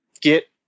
get